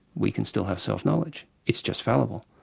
we can still have self knowledge. it's just fallible.